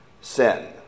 sin